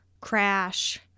crash